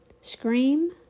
Scream